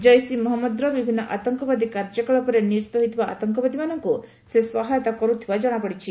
ଜୈସ ଇ ମହମ୍ମଦର ବିଭିନ୍ନ ଆତଙ୍କବାଦୀ କାର୍ଯ୍ୟକଳାପରେ ନିୟୋଜିତ ହୋଇଥିବା ଆତଙ୍କବାଦୀମାନଙ୍କୁ ସେ ସହାୟତା କର୍ତ୍ତିବା ଜଣାପଡିଛି